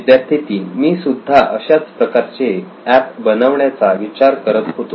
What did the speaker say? विद्यार्थी 3 मी सुद्धा अशाच प्रकारचे एप बनवण्याचा विचार करत होतो